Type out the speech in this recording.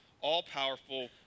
all-powerful